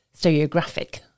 stereographic